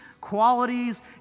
qualities